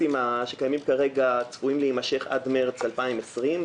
הקורסים שקיימים כרגע צפויים להימשך עד מרץ 2020,